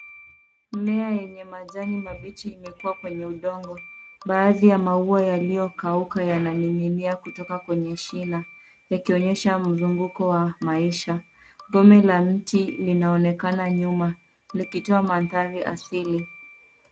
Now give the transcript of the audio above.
Mimea yenye majani mabichi imekua kwenye udongo. Baadhi ya maua yaliyokauka yananing'inia kutoka kwenye shina ,yakionyesha mzunguko wa maisha. Gome la mti linaonekana nyuma likitoa mandhari asili.